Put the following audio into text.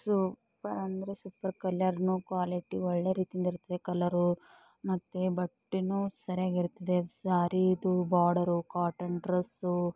super ಅಂದರೆ super ಕಲ್ಲರ್ನು quality ಒಳ್ಳೆ ರೀತಿದು ಇರ್ತದೆ ಕಲ್ಲರು ಮತ್ತೆ ಬಟ್ಟೇನು ಸರಿಯಾಗಿ ಇರ್ತದೆ ಸಾರಿದು ಬಾರ್ಡರು ಕಾಟನ್ ಡ್ರೆಸ್ಸು